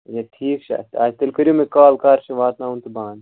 ٹھیٖک چھُ تیٚلہِ کٔرو مےٚ کال کَر چھُ واتناوُن تہٕ بہٕ اَنہٕ